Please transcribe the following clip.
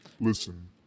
Listen